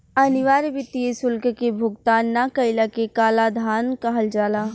अनिवार्य वित्तीय शुल्क के भुगतान ना कईला के कालाधान कहल जाला